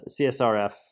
CSRF